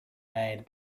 made